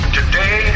Today